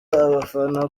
abafana